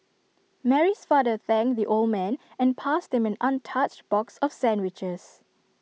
Mary's father thanked the old man and passed him an untouched box of sandwiches